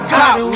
top